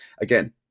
Again